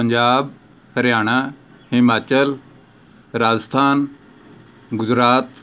Punjab Haryana Himachal Rajasthan Gujarat